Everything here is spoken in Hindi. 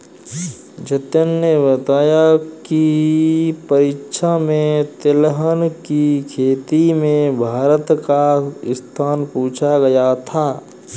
जतिन ने बताया की परीक्षा में तिलहन की खेती में भारत का स्थान पूछा गया था